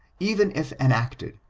even if enacted,